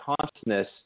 consciousness